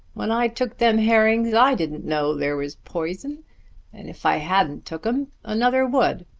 when i took them herrings i didn't know there was p'ison and if i hadn't took em, another would.